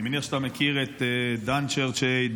אני מניח שאתה מכיר את Dan Church Aid,